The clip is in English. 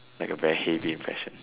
like a very heavy impression